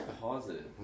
positive